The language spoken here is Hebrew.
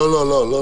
תודה.